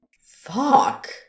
Fuck